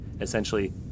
essentially